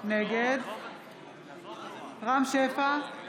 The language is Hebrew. נגד רם שפע,